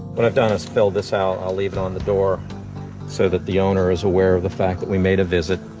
what i've done is fill this out. i'll leave it on the door so that the owner is aware of the fact that we made a visit.